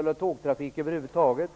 reservation 4.